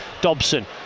Dobson